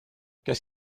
qu’est